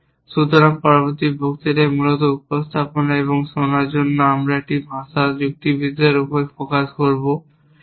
সুতরাং পরবর্তী বক্তৃতাটি মূলত উপস্থাপনা এবং শোনার জন্য একটি ভাষা হিসাবে যুক্তিবিদ্যার উপর ফোকাস করবে